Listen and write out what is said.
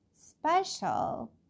special